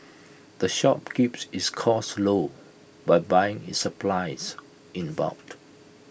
the shop keeps its costs low by buying its supplies in